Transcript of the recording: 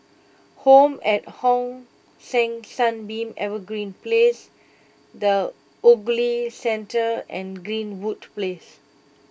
Home at Hong San Sunbeam Evergreen Place the Ogilvy Centre and Greenwood Place